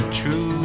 true